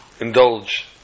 indulge